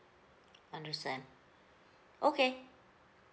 understand okay